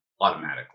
automatically